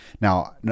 Now